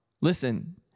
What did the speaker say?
listen